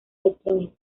electrónico